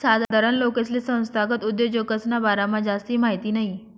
साधारण लोकेसले संस्थागत उद्योजकसना बारामा जास्ती माहिती नयी